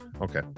okay